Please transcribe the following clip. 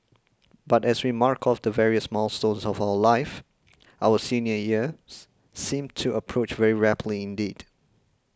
but as we mark off the various milestones of life our senior years seem to approach very rapidly indeed